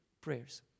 prayers